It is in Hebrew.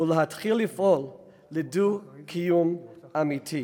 ולהתחיל לפעול לדו-קיום אמיתי.